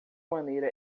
maneira